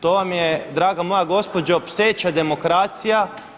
To vam je draga moja gospođo pseća demokracija.